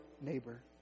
neighbor